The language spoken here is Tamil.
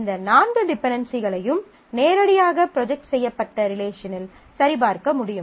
இந்த நான்கு டிபென்டென்சிகளையும் நேரடியாக ப்ரொஜெக்ட் செய்யப்பட்ட ரிலேஷன் இல் சரிபார்க்க முடியும்